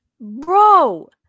bro